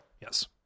yes